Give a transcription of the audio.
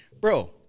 Bro